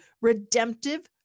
redemptive